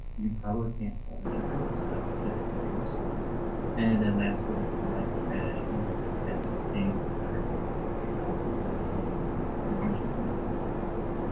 you probably can't tell the difference it's just the different labels and then lamps words for life spanish english again. same exact layout as the original lamp words for life